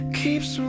keeps